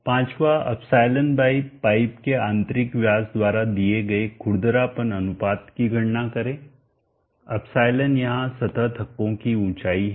पांचवां ε by pipe के आंतरिक व्यास द्वारा दिए गए खुरदरापन अनुपात की गणना करें ε यहां सतह धक्कों की ऊंचाई है